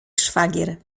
szwagier